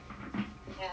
ya